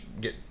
get